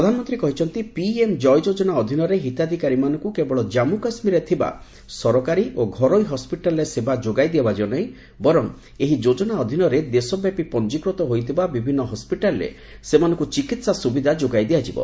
ପ୍ରଧାନମନ୍ତ୍ରୀ କହିଛନ୍ତି ପିଏମ୍ ଜୟ ଯୋଜନା ଅଧୀନରେ ହିତାଧିକାରୀମାନଙ୍କୁ କେବଳ ଜାମ୍ମୁ କାଶ୍ମୀରରେ ଥିବା ସରକାରୀ ଓ ଘରୋଇ ହସ୍କିଟାଲରେ ସେବା ଯୋଗାଇ ଦିଆଯିବ ନାହିଁ ବର ଏହି ଯୋଜନା ଅଧୀନରେ ଦେଶବ୍ୟାପୀ ପଞ୍ଜିକୃତ ହୋଇଥିବା ବିଭିନ୍ନ ହସ୍କିଟାଲ୍ରେ ସେମାନଙ୍କୁ ଚିକିତ୍ସା ସୁବିଧା ଯୋଗାଇ ଦିଆଯିବ